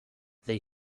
they